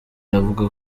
iravuga